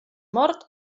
mort